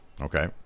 Okay